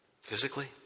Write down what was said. physically